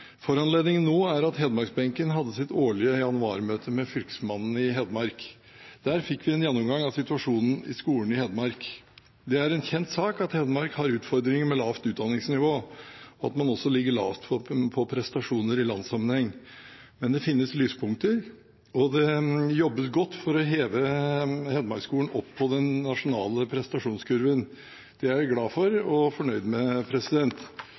Foranledningen nå er at Hedmarksbenken hadde sitt årlige januarmøte med Fylkesmannen i Hedmark. Der fikk vi en gjennomgang av situasjonen i skolen i Hedmark. Det er en kjent sak at Hedmark har utfordringer med lavt utdanningsnivå, og at man også ligger lavt på prestasjoner i landssammenheng. Men det finnes lyspunkter, og det jobbes godt for å heve Hedmarksskolen opp på den nasjonale prestasjonskurven. Det er jeg glad for og fornøyd med.